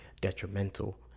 detrimental